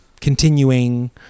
Continuing